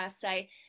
say